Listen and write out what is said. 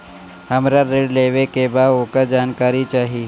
हमरा ऋण लेवे के बा वोकर जानकारी चाही